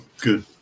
good